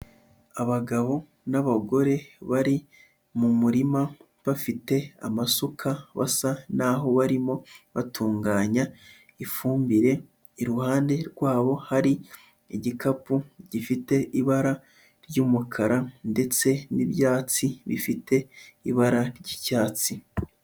Abagabo n'abagore bari mu murima bafite amasuka basa naho barimo batunganya ifumbire, iruhande rwabo hari igikapu gifite ibara ry'umukara ndetse n'ibyatsi bifite ibara ry'icyatsi.